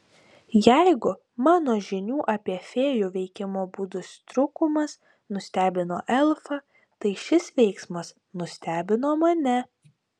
jeigu mano žinių apie fėjų veikimo būdus trūkumas nustebino elfą tai šis veiksmas nustebino mane